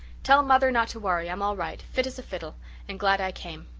tell mother not to worry i'm all right fit as a fiddle and glad i came.